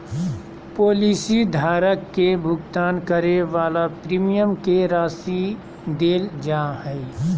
policy धारक के भुगतान करे वाला प्रीमियम के राशि देल जा हइ